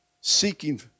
Seeking